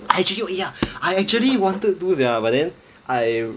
I I actually wanted to sia but then I